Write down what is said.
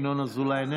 ינון אזולאי,